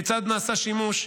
כיצד נעשה שימוש,